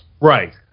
Right